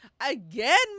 again